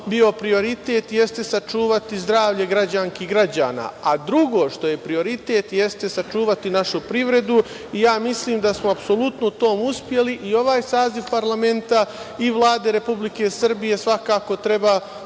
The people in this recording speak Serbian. bio prioritet, jeste sačuvati zdravlje građanki i građana. Drugo što je prioritet, jeste sačuvati našu privredu. Mislim da smo apsolutno u tome uspeli i ovaj saziv parlamenta i Vlade Republike Srbije svakako treba